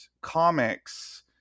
comics